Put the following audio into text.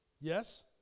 Yes